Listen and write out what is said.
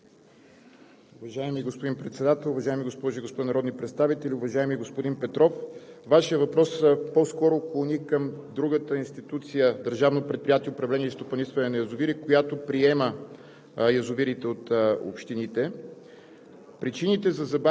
Уважаеми господин Председател, уважаеми госпожи и господа народни представители! Уважаеми господин Петров, Вашият въпрос по-скоро клони към другата институция – Държавно предприятие „Управление и стопанисване на язовири“, която приема